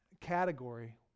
category